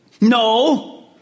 no